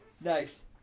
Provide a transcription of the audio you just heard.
Nice